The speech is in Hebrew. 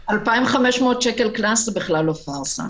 2,500 שקל קנס זה בכלל לא פארסה.